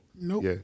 Nope